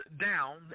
down